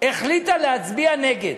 החליטה להצביע נגד.